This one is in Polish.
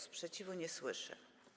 Sprzeciwu nie słyszę.